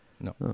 No